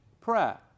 prayer